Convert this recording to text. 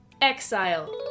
Exile